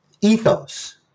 ethos